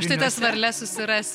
aš tai tas varles susirasiu